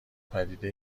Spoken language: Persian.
پدیده